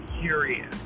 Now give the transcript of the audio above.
curious